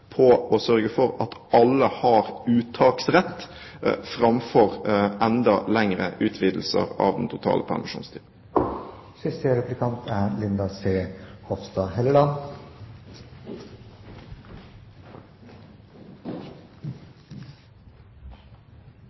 fremst å sørge for at alle har uttaksrett, framfor enda mer utvidelse av den totale